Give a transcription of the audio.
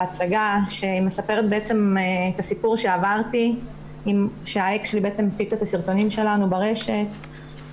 בהצגה מסופר הסיפור שעברתי כאשר האקס שלי הפיץ את הסרטונים שלנו ברשת.